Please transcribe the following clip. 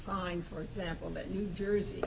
find for example that new jersey